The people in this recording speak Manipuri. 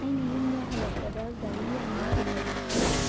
ꯑꯩꯅ ꯌꯨꯝꯗ ꯍꯜꯂꯛꯄꯗ ꯒꯥꯔꯤ ꯌꯥꯝꯅ ꯆꯤꯜꯍꯧꯏ